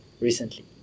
recently